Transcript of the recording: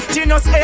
Genius